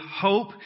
hope